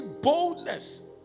boldness